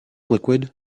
liquid